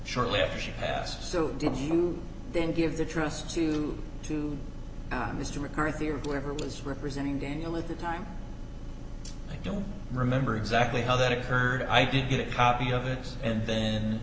shortly after she passed so did you then give the trust to to our mr mccarthy or whatever it was representing daniel at the time i don't remember exactly how that occurred i didn't get a copy of it and then